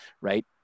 Right